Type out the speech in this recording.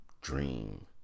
dream